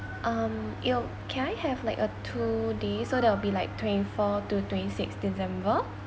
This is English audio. um you can I have like a two day so that will be like twenty four to twenty six december